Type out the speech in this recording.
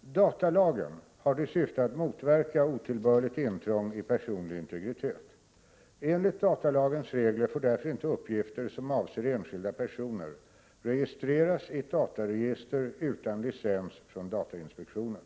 Datalagen har till syfte att motverka otillbörligt intrång i personlig integritet. Enligt datalagens regler får därför inte uppgifter som avser enskilda personer registreras i ett dataregister utan licens från datainspektionen.